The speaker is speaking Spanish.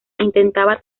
intentaba